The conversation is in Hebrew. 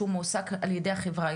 שהוא מועסק על ידי החברה.